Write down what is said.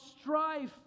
strife